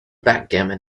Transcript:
backgammon